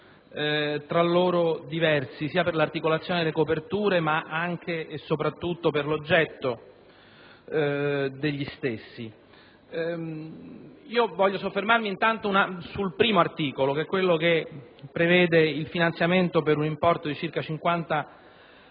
tra loro diversi sia per l'articolazione delle coperture sia, e soprattutto, per l'oggetto degli stessi. Voglio soffermarmi intanto sul primo articolo, che è quello che prevede il finanziamento per un importo di circa 50